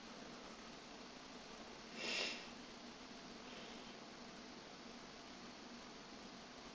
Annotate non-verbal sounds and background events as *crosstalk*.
*noise*